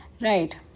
Right